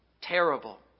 terrible